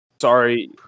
Sorry